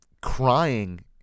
crying